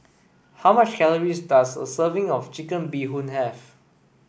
how much calories does a serving of chicken bee hoon have